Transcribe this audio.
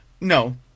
No